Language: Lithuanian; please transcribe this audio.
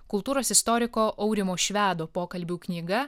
kultūros istoriko aurimo švedo pokalbių knyga